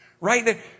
Right